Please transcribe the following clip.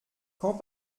quand